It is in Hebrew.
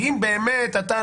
כי אם באמת אתה,